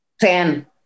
ten